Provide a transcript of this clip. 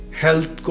health